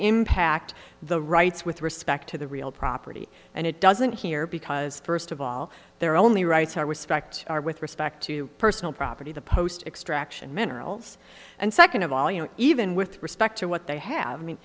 impact the rights with respect to the real property and it doesn't here because first of all there are only rights our respect are with respect to personal property the post extraction minerals and second of all you know even with respect to what they have mean